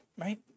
right